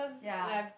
ya